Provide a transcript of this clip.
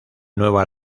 nueva